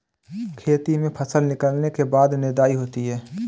खेती में फसल निकलने के बाद निदाई होती हैं?